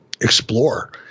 explore